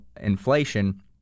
inflation